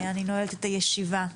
אני נועלת את הישיבה.